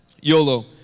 YOLO